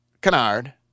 Canard